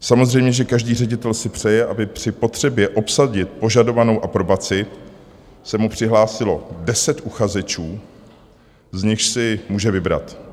Samozřejmě že každý ředitel si přeje, aby při potřebě obsadit požadovanou aprobaci se mu přihlásilo deset uchazečů, z nichž si může vybrat.